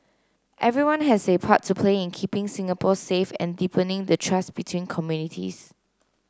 everyone has a part to play in keeping Singapore safe and deepening the trust between communities